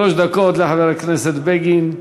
שלוש דקות לחבר הכנסת בגין.